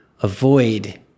avoid